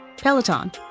Peloton